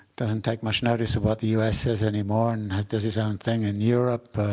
doesn't take much notice of what the us says anymore and does his own thing. and europe,